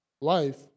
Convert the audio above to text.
life